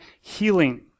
healing